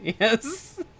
Yes